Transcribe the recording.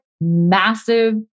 massive